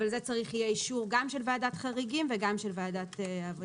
אבל לזה צריך יהיה אישור גם של ועדת חריגים וגם של ועדת העבודה,